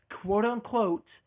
quote-unquote